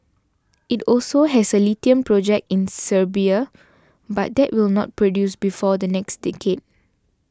it also has a lithium project in Serbia but that will not produce before the next decade